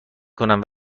کنند